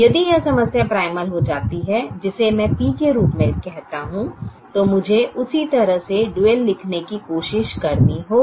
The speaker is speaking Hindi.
यदि यह समस्या प्राइमल हो जाती है जिसे मैं P के रूप में कहता हूं तो मुझे उसी तरह से डुअल लिखने की कोशिश करनी होगी